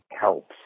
helps